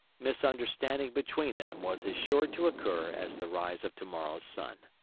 misunderstanding between them was as sure to occur as the rise of to-morrow's sun.